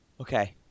Okay